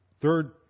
third